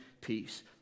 peace